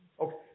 Okay